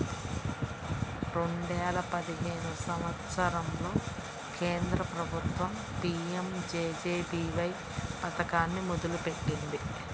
రెండేల పదిహేను సంవత్సరంలో కేంద్ర ప్రభుత్వం పీయంజేజేబీవై పథకాన్ని మొదలుపెట్టింది